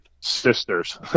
sisters